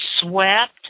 swept